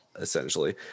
essentially